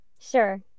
Sure